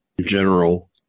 general